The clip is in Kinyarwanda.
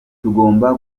tugomba